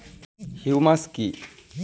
Humus কি?